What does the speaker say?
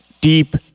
deep